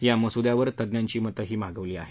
या मसुद्यांवर तज्ञांची मतंही मागवली आहेत